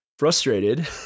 Frustrated